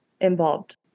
involved